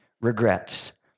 regrets